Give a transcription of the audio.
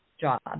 job